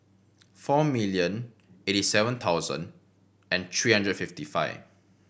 four million eighty seven thousand and three hundred and fifty five